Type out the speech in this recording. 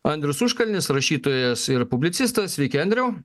andrius užkalnis rašytojas ir publicistas sveiki andriau